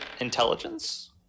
intelligence